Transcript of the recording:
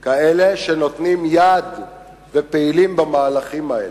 כאלה שנותנים יד ופעילים במהלכים האלה,